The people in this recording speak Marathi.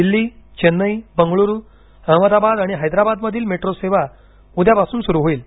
दिल्ली चेन्नई बंगळुरू अहमदाबाद आणि हैदराबादमधील मेट्रो सेवा उद्यापासून सुरू होईल